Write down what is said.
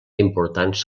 importants